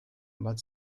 but